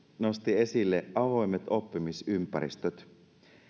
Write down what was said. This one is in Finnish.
nosti esille avoimet oppimisympäristöt